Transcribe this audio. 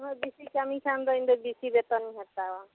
ᱱᱩᱱᱟᱹ ᱵᱤᱥᱤ ᱠᱟᱹᱢᱤ ᱠᱷᱟᱱ ᱫᱚ ᱵᱤᱥᱤ ᱵᱮᱛᱚᱱ ᱤᱧ ᱦᱟᱛᱟᱣᱟ